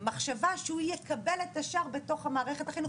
מחשבה שהוא יקבל את השאר בתוך המערכת החינוכית.